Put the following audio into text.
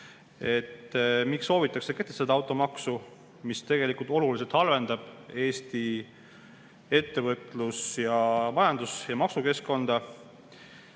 miks soovitakse kehtestada automaksu, mis tegelikult oluliselt halvendab Eesti ettevõtlus‑, majandus‑ ja maksukeskkonda.